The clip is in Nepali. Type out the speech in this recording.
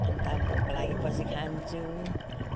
अन्त भोक लागेपछि खान्छु